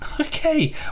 Okay